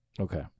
Okay